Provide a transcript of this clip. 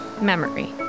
Memory